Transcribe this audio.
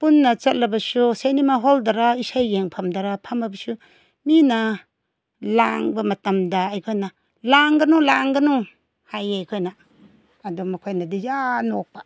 ꯄꯨꯟꯅ ꯆꯠꯂꯕꯁꯨ ꯁꯤꯅꯦꯃꯥ ꯍꯣꯜꯗꯔꯥ ꯏꯁꯩ ꯌꯦꯟꯐꯝꯗꯔꯥ ꯐꯝꯃꯕꯁꯨ ꯃꯤꯅ ꯂꯥꯡꯕ ꯃꯇꯝꯗ ꯑꯩꯈꯣꯏꯅ ꯂꯥꯡꯒꯅꯨ ꯂꯥꯡꯒꯅꯨ ꯍꯥꯏꯌꯦ ꯑꯩꯈꯣꯏꯅ ꯑꯗꯨ ꯃꯈꯣꯏꯅꯗꯤ ꯌꯥ ꯌꯥ ꯅꯣꯛꯄ